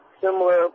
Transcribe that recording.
similar